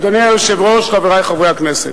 אדוני היושב-ראש, חברי חברי הכנסת,